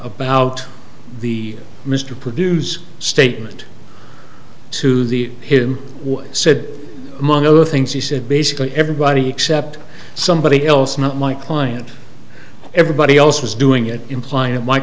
about the mr previews statement to the him said among other things he said basically everybody except somebody else not my client everybody else was doing it implying that my